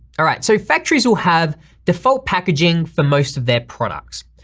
all right, so factories will have default packaging for most of their products.